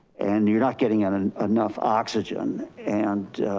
and you're not getting and and enough oxygen. and